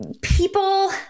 People